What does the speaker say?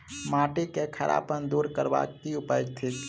माटि केँ खड़ापन दूर करबाक की उपाय थिक?